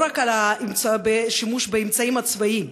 ולא רק על שימוש באמצעים הצבאיים,